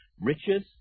riches